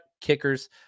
kickers